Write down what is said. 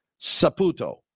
Saputo